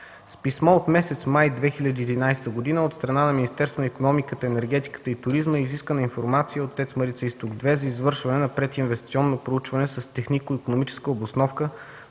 С писмо от месец май 2011 г. от страна на Министерството на икономиката, енергетиката и туризма е изискана информация от ТЕЦ „Марица Изток 2” за извършване на прединвестиционно проучване с технико-икономическа обосновка